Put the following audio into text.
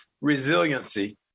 resiliency